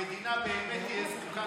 המדינה באמת תהיה זקוקה